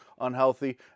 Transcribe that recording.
unhealthy